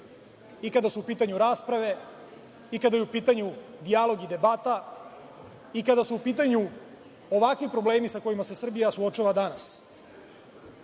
i kada su u pitanju rasprave i kada je u pitanju dijalog i debata i kada su u pitanju ovakvi problemi sa kojima se Srbija suočava